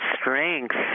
strength